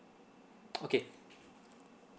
okay